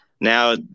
now